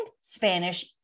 Spanish